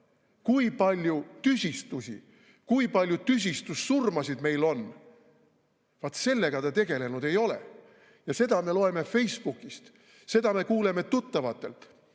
kui palju tüsistusi, kui palju tüsistussurmasid meil on? Vaat sellega te tegelenud ei ole. Seda me loeme Facebookist, seda me kuuleme tuttavatelt,